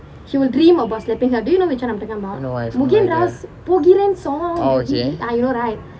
no I've no idea orh okay